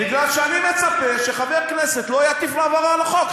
בגלל אני מצפה שחבר כנסת לא יטיף לעבור על החוק,